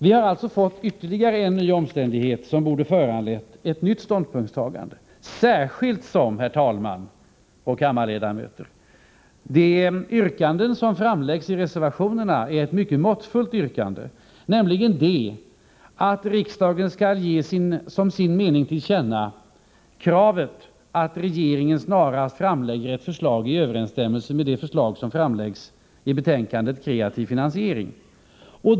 Vi har alltså fått ytterligare en omständighet som borde ha föranlett ett nytt ståndpunktstagande, särskilt herr talman och kammarledamöter, som de yrkanden som framläggs i reservationerna är mycket måttfulla. Det står nämligen att riksdagen som sin mening skall ge regeringen till känna kravet att regeringen snarast framlägger ett förslag i överensstämmelse med de förslag som framläggs i betänkandet Kreativ finansiering.